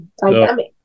dynamic